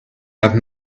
have